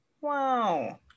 wow